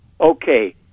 Okay